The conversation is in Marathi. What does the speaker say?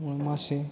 म मासे